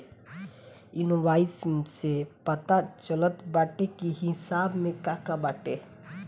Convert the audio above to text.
invoice से पता चलत बाटे की हिसाब में का का बाटे